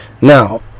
Now